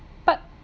but